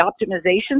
optimization